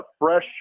fresh